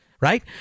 Right